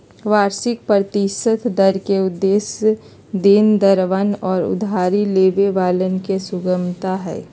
वार्षिक प्रतिशत दर के उद्देश्य देनदरवन और उधारी लेवे वालन के सुगमता हई